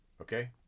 Okay